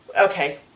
Okay